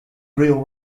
real